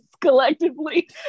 collectively